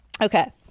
Okay